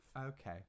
okay